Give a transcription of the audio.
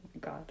god